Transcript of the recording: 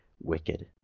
wicked